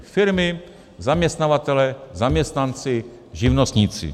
Firmy, zaměstnavatelé, zaměstnanci, živnostníci.